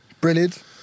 Brilliant